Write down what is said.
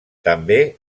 també